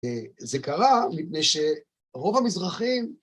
זה קרה מפני שרוב המזרחים